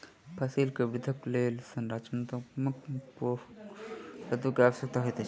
फसिल के वृद्धिक लेल संरचनात्मक पोषक तत्व के आवश्यकता होइत अछि